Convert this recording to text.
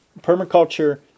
permaculture